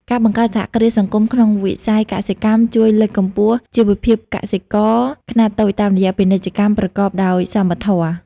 ការបង្កើតសហគ្រាសសង្គមក្នុងវិស័យកសិកម្ម ជួយលើកកម្ពស់ជីវភាពកសិករខ្នាតតូចតាមរយៈពាណិជ្ជកម្មប្រកបដោយសមធម៌។